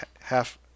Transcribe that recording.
half